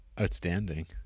Outstanding